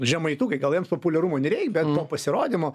žemaitukai gal jiems populiarumo nereik bet po pasirodymo